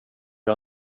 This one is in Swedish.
jag